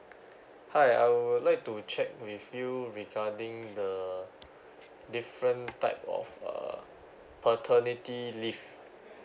hi I would like to check with you regarding the different type of uh paternity leave